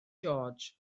george